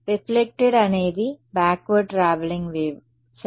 reflected అనేది backward travelling wave సరే